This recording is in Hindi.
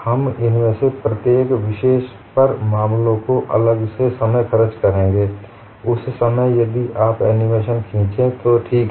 हम इनमें से प्रत्येक विशेष पर मामलों को अलग से समय खर्च करेंगें उस समय यदि आप एनीमेशन खींचें तो ठीक है